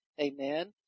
Amen